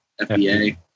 FBA